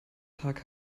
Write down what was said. tag